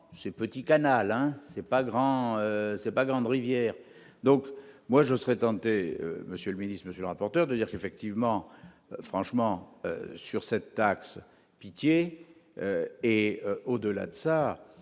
c'est pas grand c'est pas grande rivière donc moi, je serais tenté Monsieur le Ministre, Monsieur le rapporteur, de dire qu'effectivement franchement sur cette taxe Pitié et au-delà de ça,